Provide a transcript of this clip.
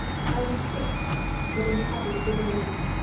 silent fish that inhabit the waves,